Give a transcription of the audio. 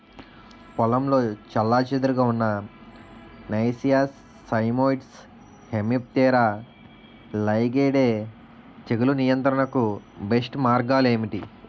పొలంలో చెల్లాచెదురుగా ఉన్న నైసియస్ సైమోయిడ్స్ హెమిప్టెరా లైగేయిడే తెగులు నియంత్రణకు బెస్ట్ మార్గాలు ఏమిటి?